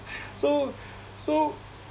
so so